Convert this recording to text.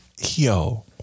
Yo